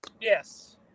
Yes